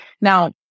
Now